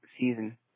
season